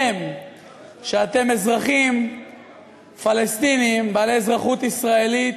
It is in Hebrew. שאתם אזרחים פלסטינים, בעלי אזרחות ישראלית,